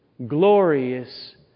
Glorious